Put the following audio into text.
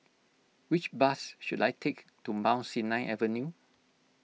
which bus should I take to Mount Sinai Avenue